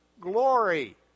Glory